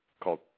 called